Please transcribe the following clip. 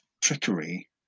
trickery